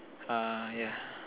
uh yeah